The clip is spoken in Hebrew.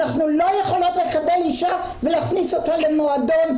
אנחנו לא יכולות לקבל אישה ולהכניס אותה למועדון,